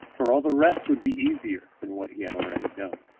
for all the rest would be easier than what he had already done.